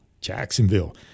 Jacksonville